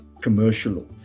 commercial